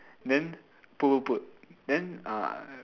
then put put put then uh